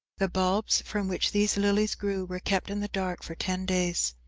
the bulbs from which these lilies grew were kept in the dark for ten days.